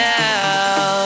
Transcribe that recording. now